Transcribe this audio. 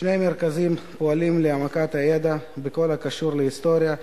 שני המרכזים פועלים להעמקת הידע בכל הקשור להיסטוריה,